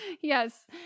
Yes